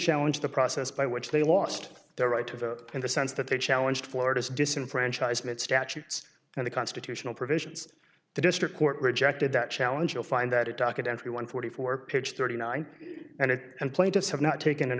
challenge the process by which they lost their right to vote in the sense that they challenged florida's disenfranchisement statutes and the constitutional provisions the district court rejected that challenge you'll find that it documentary one forty four page thirty nine and it and plaintiffs have not taken an